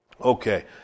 Okay